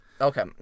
Okay